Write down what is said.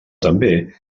també